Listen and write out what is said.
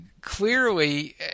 clearly